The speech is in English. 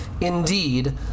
indeed